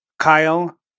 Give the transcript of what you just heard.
Kyle